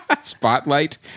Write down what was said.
Spotlight